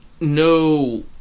no